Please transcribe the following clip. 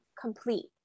complete